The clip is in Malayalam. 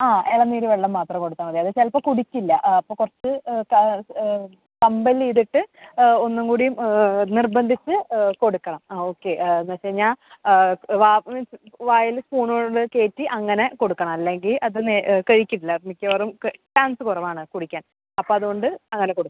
ആ ഇളനീർ വെള്ളം മാത്രം കൊടുത്താൽ മതി ചിലപ്പോൾ കുടിക്കില്ല അപ്പോൾ കുറച്ച് ക കംമ്പെൽ ചെയ്തിട്ട് ഒന്നുകൂടി നിർബന്ധിച്ച് കൊടുക്കണം ആ ഓക്കെ എന്നുവെച്ചുകഴിഞ്ഞാൽ വാവഴി വായിൽ സ്പൂൺ കൊണ്ട് കയറ്റി അങ്ങനെ കൊടുക്കണം അല്ലെങ്കിൽ അത് നേ കഴിക്കില്ല മിക്കവാറും ചാൻസ് കുറവാണ് കുടിക്കാൻ അപ്പം അതുകൊണ്ട് അങ്ങനെ കൊടുക്ക്